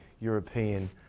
European